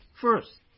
First